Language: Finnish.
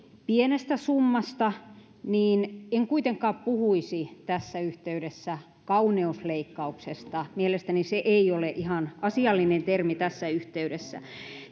pienestä summasta niin en kuitenkaan puhuisi tässä yhteydessä kauneusleikkauksesta mielestäni se ei ole ihan asiallinen termi tässä yhteydessä